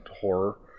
horror